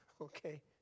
okay